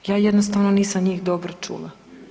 Ja jednostavno nisam njih dobro čula.